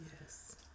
Yes